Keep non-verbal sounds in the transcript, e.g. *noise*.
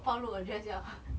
暴露 address 要 *laughs*